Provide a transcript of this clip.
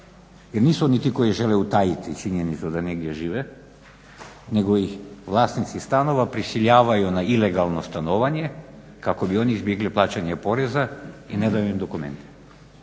jer nisu oni ti koji žele utajiti činjenicu da negdje žive nego ih vlasnici stanova prisiljavaju na ilegalno stanovanje kako bi oni izbjegli plaćanje poreza i ne daju im dokumente.